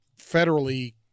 federally